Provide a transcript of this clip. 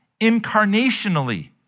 incarnationally